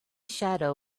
shadow